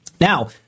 Now